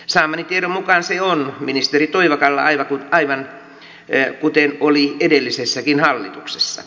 saamani tiedon mukaan se on ministeri toivakalla aivan kuten oli edellisessäkin hallituksessa